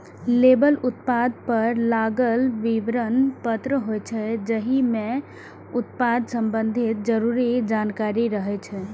label उत्पाद पर लागल विवरण पत्र होइ छै, जाहि मे उत्पाद संबंधी जरूरी जानकारी रहै छै